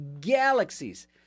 galaxies